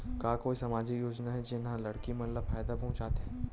का कोई समाजिक योजना हे, जेन हा लड़की मन ला फायदा पहुंचाथे?